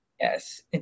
Yes